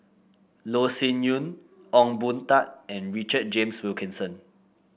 Loh Sin Yun Ong Boon Tat and Richard James Wilkinson